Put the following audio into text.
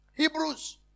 Hebrews